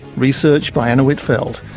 research by anna whitfeld,